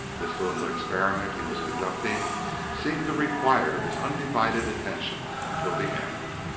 this little experiment he was conducting seemed to require his undivided attention until the end.